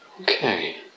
Okay